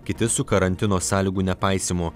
kiti su karantino sąlygų nepaisymu